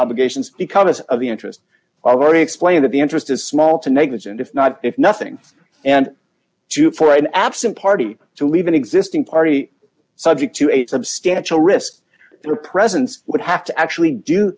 obligations because of the interest already explained that the interest is small to negligent if not if nothing and to for an absent party to leave an existing party subject to a substantial risk their presence would have to actually do